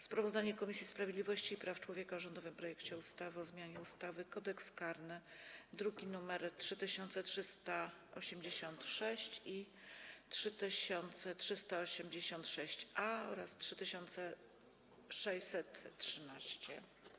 Sprawozdanie Komisji Sprawiedliwości i Praw Człowieka o rządowym projekcie ustawy o zmianie ustawy Kodeks karny, druki nr 3386, 3386-A i 3613.